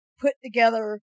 put-together